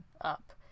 up